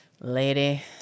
lady